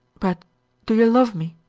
but do you love me?